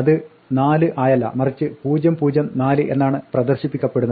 അത് 4 ആയല്ല മറിച്ച് 004 എന്നാണ് പ്രദർശിപ്പിക്കപ്പെടുന്നത്